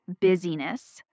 busyness